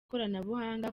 koranabuhanga